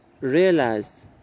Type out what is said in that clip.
realized